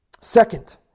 Second